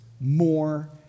more